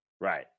right